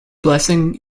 blessing